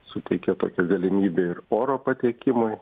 suteikia tokią galimybę ir oro patekimui